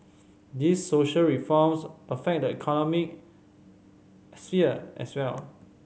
these social reforms affect the economic sphere as well